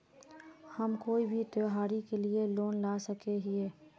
हम कोई भी त्योहारी के लिए लोन ला सके हिये?